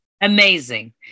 Amazing